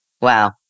Wow